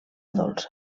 dolça